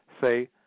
say